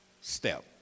step